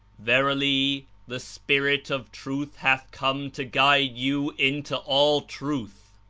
verily, the spirit of truth hath come to guide you into all truth.